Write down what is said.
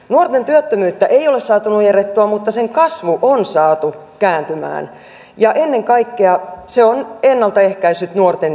nuorten työttömyyttä ei ole saatu nujerrettua mutta sen kasvu on saatu kääntymään ja ennen kaikkea se on ennalta ehkäissyt nuorten syrjäytymistä